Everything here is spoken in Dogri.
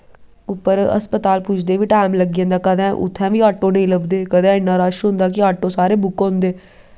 उप्पर हस्पताल पुज्जदे बी टाईम लग्गी जंदा कदैं उत्थें बी ऑटो नेंई लब्भदे कदैं इन्ना रश होंदा कि ऑटो सारे बुक्क होंदे